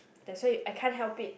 that's why I can't help it